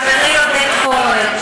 חברי עודד פורר,